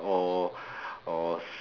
or or